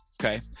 Okay